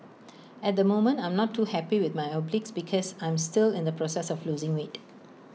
at the moment I'm not too happy with my obliques because I'm still in the process of losing weight